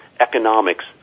economics